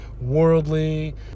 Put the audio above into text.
worldly